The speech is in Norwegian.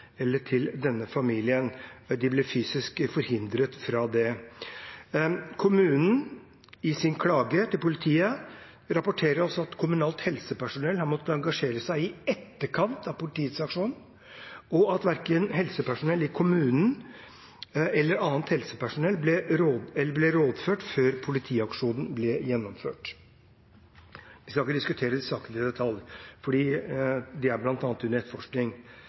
til denne familien. De ble fysisk forhindret fra det. Kommunen rapporterer i sin klage til politiet at kommunalt helsepersonell har måttet engasjere seg i etterkant av politiets aksjon, og at verken helsepersonell i kommunen eller annet helsepersonell ble rådført før politiaksjonen ble gjennomført. Jeg skal ikke diskutere sakene i detalj, for de er